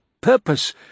purpose